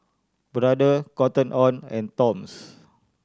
Brother Cotton On and Toms